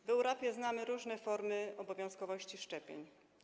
W Europie znamy różne formy obowiązkowości szczepień.